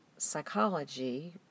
Psychology